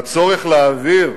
והצורך להעביר